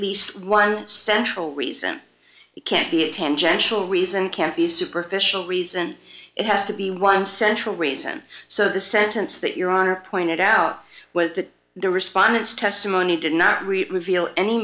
least one central reason it can't be a tangential reason can't be superficial reason it has to be one central reason so the sentence that your honor pointed out was that the respondents testimony did not